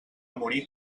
morir